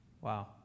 Wow